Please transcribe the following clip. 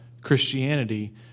Christianity